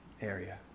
area